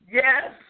yes